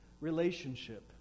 relationship